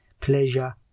pleasure